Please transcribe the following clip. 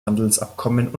handelsabkommen